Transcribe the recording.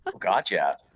Gotcha